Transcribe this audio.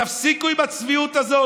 תפסיקו עם הצביעות הזאת.